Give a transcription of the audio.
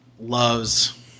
loves